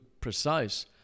precise